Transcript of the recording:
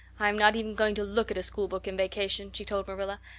i'm not even going to look at a schoolbook in vacation, she told marilla.